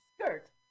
skirt